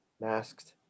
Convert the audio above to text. Masked